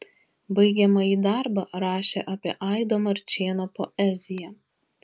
baigiamąjį darbą rašė apie aido marčėno poeziją